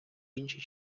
іншій